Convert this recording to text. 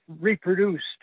reproduced